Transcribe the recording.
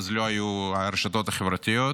אז עוד לא היו הרשתות החברתיות.